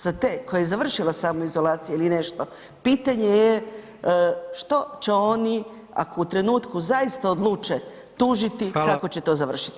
Za te koje je završila samoizolacija ili nešto, pitanje je što će oni ako u trenutku zaista odluče tužiti [[Upadica: Hvala]] kako će to završiti?